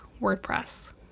WordPress